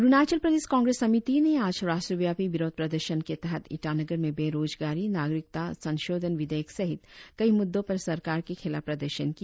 अरुणाचल प्रदेश कांग्रेस समिति ने आज राष्ट्रव्यापी विरोध प्रदर्शन के तहत ईटानगर में बेरोजगारी नागरिकता संसोधन विधेयक सहित कई मुद्दों पर सरकार के खिलाफ प्रदर्शन किया